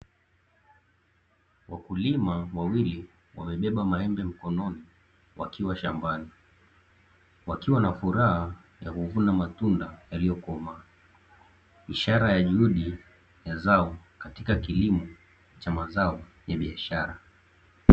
Wakulima wawili wamebeba maembe mkononi wakiwa shambani, wakiwa na furaha ya kuvuna matunda yaliyokomaa, ishara ya juhudi ya zao katika kilimo cha mazao ya biashara.